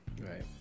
Right